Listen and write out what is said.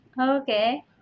Okay